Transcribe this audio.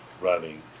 running